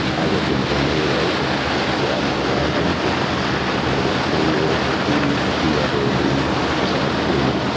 i think in in many ways, it's broadened horizons, it's made us freer to be whoever we decide to be.